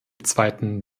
zweiten